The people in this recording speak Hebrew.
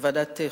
בוועדת החוקה,